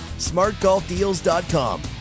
SmartGolfDeals.com